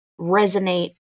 resonate